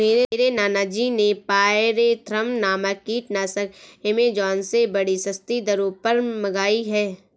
मेरे नाना जी ने पायरेथ्रम नामक कीटनाशक एमेजॉन से बड़ी सस्ती दरों पर मंगाई है